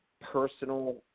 personal